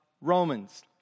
Romans